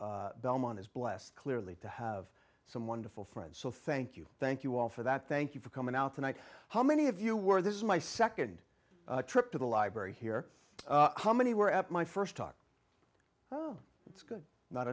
so belmont is blessed clearly to have some wonderful friends so thank you thank you all for that thank you for coming out tonight how many of you were this is my nd trip to the library here how many were at my st talk oh it's good not